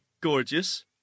gorgeous